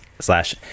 slash